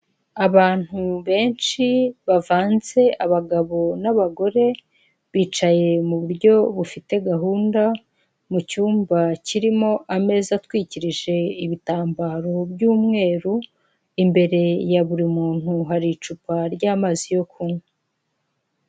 Abantu benshi bavanze abagabo n'abagore, bicaye mu buryo bufite gahunda, mu cyumba kirimo ameza atwikirije ibitambaro by'umweru, imbere ya buri muntu hari icupa ry'amazi yo kunywa.